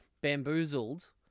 bamboozled